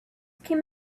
came